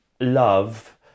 love